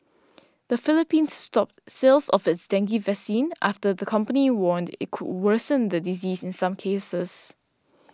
the Philippines stopped sales of its dengue vaccine after the company warned it could worsen the disease in some cases